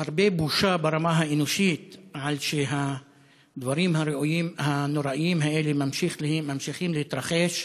הרבה בושה ברמה האנושית על שהדברים הנוראיים האלה ממשיכים להתרחש